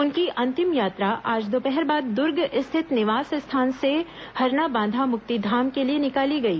उनकी अंतिम यात्रा आज दोपहर बाद दुर्ग स्थित निवास स्थान से हरना बांधा मुक्ति धाम के लिए निकाली गई